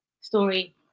story